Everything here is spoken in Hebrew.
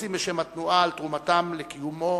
העושים בשם התנועה, על תרומתם לקיומו